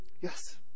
Yes